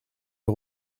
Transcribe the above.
est